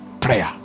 Prayer